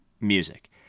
music